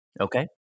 Okay